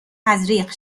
تزریق